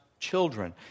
Children